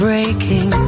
Breaking